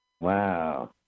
Wow